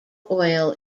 oil